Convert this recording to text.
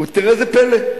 וראו זה פלא,